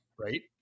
Right